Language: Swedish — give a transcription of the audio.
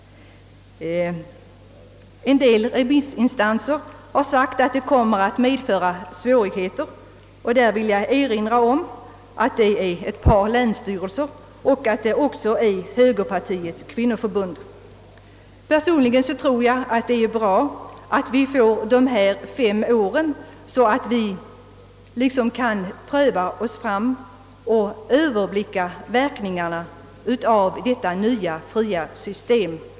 En del remissinstanser har sagt att en omedelbar övergång till ett fritt system kommer att medföra svårigheter. Jag vill erinra om att dessa synpunkter framföres i remissvar som kommer från ett par länsstyrelser och från Högerpartiets kvinnoförbund. Personligen tror jag att det är bra att vi får fem år på oss, så att vi liksom kan pröva oss fram och överblicka verkningarna av detta nya fria system.